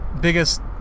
biggest